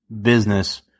business